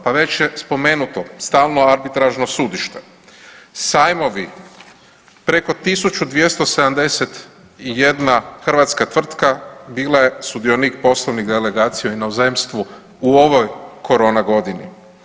Pa već je spomenuto stalno arbitražno sudište, sajmovi, preko 1271 hrvatska tvrtka bila je sudionik poslovnih delegacija u inozemstvu u ovoj korona godini.